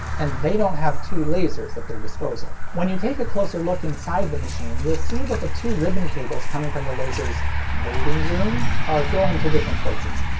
and they don't have two lasers at their disposal. when you take a closer look inside the machine, you'll see that the two ribbon cables coming from lasers' waiting room are going to different places.